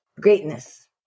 greatness